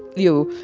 you